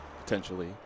potentially